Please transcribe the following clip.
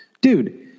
Dude